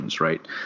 right